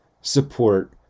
support